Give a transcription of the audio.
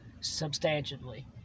substantially